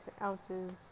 ounces